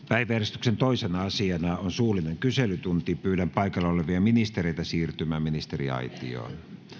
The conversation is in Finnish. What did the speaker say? päiväjärjestyksen toisena asiana on suullinen kyselytunti pyydän paikalla olevia ministereitä siirtymään ministeriaitioon